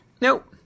Nope